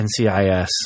NCIS